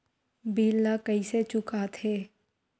bill ला कइसे चुका थे